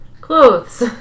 Clothes